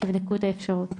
תבדקו את האפשרות.